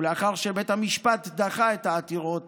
לאחר שבית המשפט דחה את העתירות